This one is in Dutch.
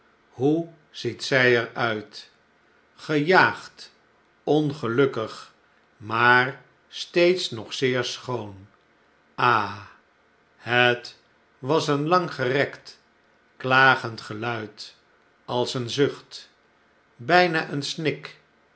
hoe ziet zjj er uit gejaagd ongelukkig maar steeds nog zeer schoon m het was een langgerekt klagend geluid als een zucht byna een snik